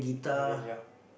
Malay ya